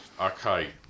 okay